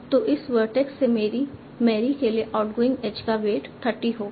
तो इस वर्टेक्स से मैरी के लिए आउटगोइंग एज का वेट 30 होगा